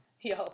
Yo